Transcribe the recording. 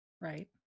Right